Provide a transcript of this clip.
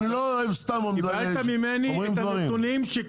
קיבלת ממני את הנתונים.